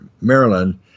Maryland